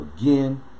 again